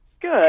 Good